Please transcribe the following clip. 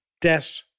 debt